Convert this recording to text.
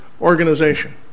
organization